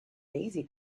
daisy